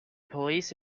police